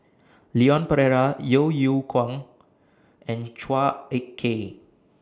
Leon Perera Yeo Yeow Kwang and Chua Ek Kay